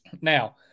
Now